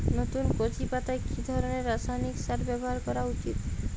নতুন কচি পাতায় কি ধরণের রাসায়নিক সার ব্যবহার করা উচিৎ?